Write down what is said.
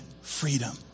freedom